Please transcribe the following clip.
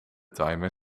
timer